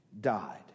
died